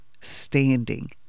standing